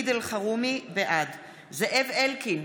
בעד זאב אלקין,